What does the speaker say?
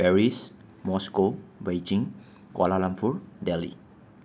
Paris Moscow Beijing Kuala Lumpur daily